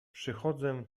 przychodzę